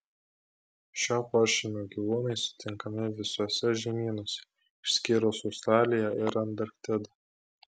šio pošeimio gyvūnai sutinkami visuose žemynuose išskyrus australiją ir antarktidą